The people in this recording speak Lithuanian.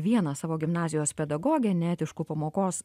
vieną savo gimnazijos pedagogę neetišku pamokos